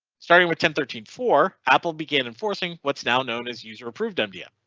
starting with ten thirteen four apple begin enforcing what's now known as user approved mdm.